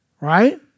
right